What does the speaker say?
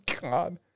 God